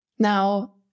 Now